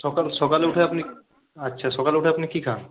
সকাল সকালে উঠে আপনি আচ্ছা সকালে উঠে আপনি কী খান